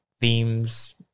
themes